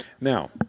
Now